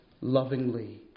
lovingly